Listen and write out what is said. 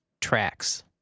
tracks